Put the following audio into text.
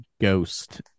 ghost